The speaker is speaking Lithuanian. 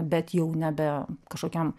bet jau nebe kažkokiam